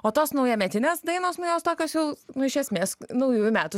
o tos naujametinės dainos nu jos tokios jau nu iš esmės naujųjų metų